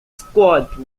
squat